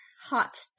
hot